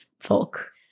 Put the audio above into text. folk